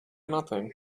nothing